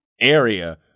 area